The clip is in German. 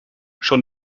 schon